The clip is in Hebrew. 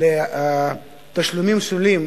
לתשלומים שוליים,